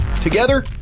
Together